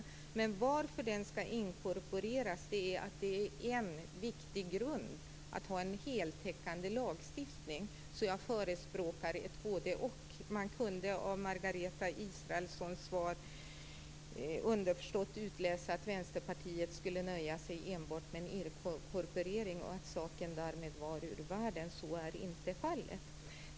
Orsaken till att barnkonventionen skall inkorporeras är att det är en viktig grund att ha en heltäckande lagstiftning. Jag förespråkar därför ett både-och. Man kunde av Margareta Israelssons svar underförstått utläsa att Vänsterpartiet skulle nöja sig enbart med en inkorporering och att saken därmed var ur världen, men så är inte fallet.